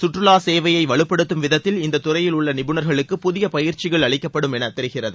சுற்றுலா சேவையை வலுப்படுத்தும் விதத்தில் இந்த துறையிலுள்ள நிபுணர்களுக்கு புதிய பயிற்சிகள் அளிக்கப்படும் என்று தெரிகிறது